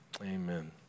Amen